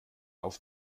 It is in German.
auf